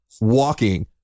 walking